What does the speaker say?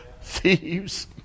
thieves